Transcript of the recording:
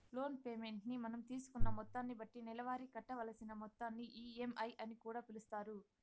loan payment ని మనం తీసుకున్న మొత్తాన్ని బట్టి నెలవారీ కట్టవలసిన మొత్తాన్ని ఈ.ఎం.ఐ అని కూడా పిలుస్తారు